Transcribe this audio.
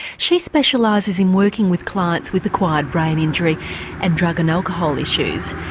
she specialises in working with clients with acquired brain injury and drug and alcohol issues,